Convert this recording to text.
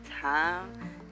time